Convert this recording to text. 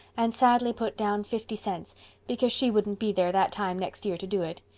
and sadly put down fifty cents because she wouldn't be there that time next year to do it.